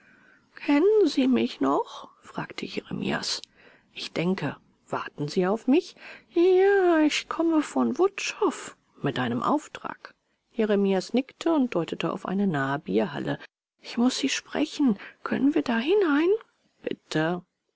kennen sie mich noch fragte jeremias ich denke warten sie auf mich ja ich komme von wutschow mit einem auftrag jeremias nickte und deutete auf eine nahe bierhalle ich muß sie sprechen können wir dahinein bitte